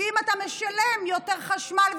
כי אם אתה משלם יותר על חשמל,